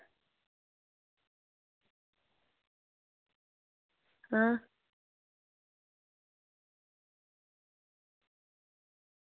हां